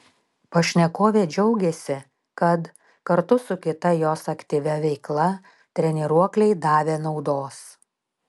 pašnekovė džiaugėsi kad kartu su kita jos aktyvia veikla treniruokliai davė naudos